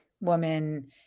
woman